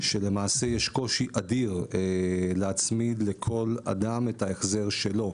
למעשה יש קושי אדיר להצמיד לכל אדם את ההחזר שלו,